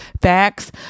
facts